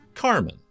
Carmen